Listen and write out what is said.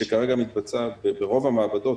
שכרגע מתבצע ברוב המעבדות,